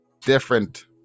different